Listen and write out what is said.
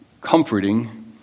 comforting